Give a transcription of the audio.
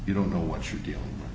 you don't know what you're dealing with